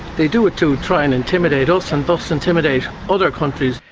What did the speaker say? they do it to try and intimidate us and thus intimidate other countries.